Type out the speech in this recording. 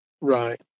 right